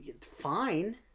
Fine